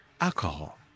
alcohol